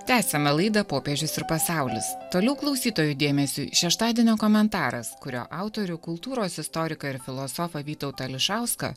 tęsiame laidą popiežius ir pasaulis toliau klausytojų dėmesiui šeštadienio komentaras kurio autorių kultūros istoriką ir filosofą vytautą ališauską